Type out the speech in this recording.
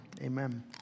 Amen